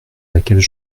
laquelle